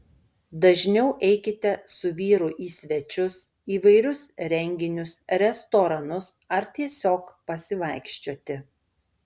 dažniau eikite su vyru į svečius įvairius renginius restoranus ar tiesiog pasivaikščioti